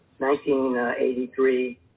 1983